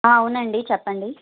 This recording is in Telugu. అవునండి చెప్పండి